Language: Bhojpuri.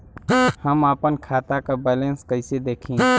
हम आपन खाता क बैलेंस कईसे देखी?